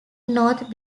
north